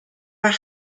are